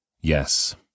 Yes